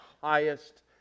highest